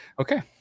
Okay